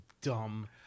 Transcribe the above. dumb